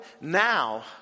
now